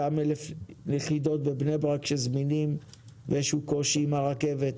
אותן 1,000 יחידות בבני ברק שזמינות ויש קושי עם הרכבת,